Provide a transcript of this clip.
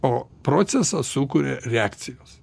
o procesą sukuria reakcijos